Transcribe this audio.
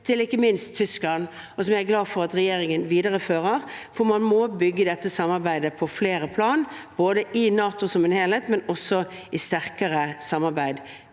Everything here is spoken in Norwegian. til Tyskland. Det er jeg glad for at regjeringen viderefører, for man må bygge dette samarbeidet på flere plan, både i NATO som en helhet og gjennom sterkere samarbeid.